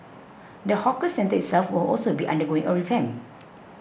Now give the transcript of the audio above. the hawker centre itself will also be undergoing a revamp